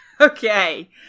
Okay